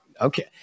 okay